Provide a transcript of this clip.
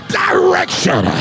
direction